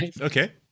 Okay